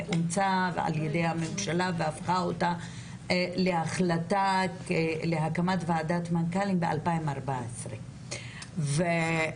אומצה על ידי הממשלה והפכה אותה להחלטה להקמת ועדת מנכ"לים ב-2014 ולפני